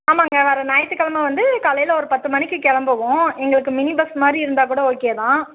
ஆமாம்ங்க வர ஞாய்த்திக்கிழம வந்து காலையில் ஒரு பத்து மணிக்கு கிளம்பவோம் எங்களுக்கு மினி பஸ் மாதிரி இருந்தால் கூட ஓகே தான்